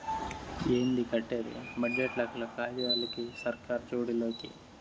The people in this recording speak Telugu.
ఏంది కట్టేది బడ్జెట్ లెక్కలు కాగితాలకి, సర్కార్ జోడి లోకి